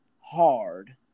hard